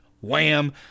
Wham